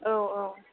औ औ